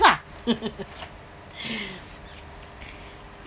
lah